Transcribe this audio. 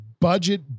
budget